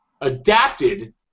adapted